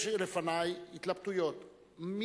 יש לפני התלבטויות מה